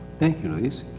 thank you. please,